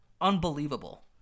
Unbelievable